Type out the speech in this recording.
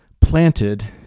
planted